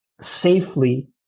safely